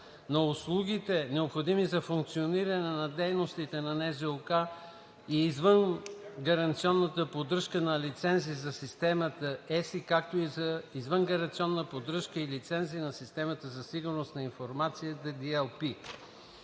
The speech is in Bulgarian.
на услугите, необходими за функциониране на дейността на НЗОК и извънгаранционна поддръжка и лицензи за системата EESSI, както и за извънгаранционна поддръжка и лицензи за „Система за сигурност на информацията